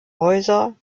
häuser